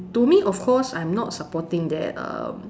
to me of course I'm not supporting that um